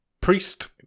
priest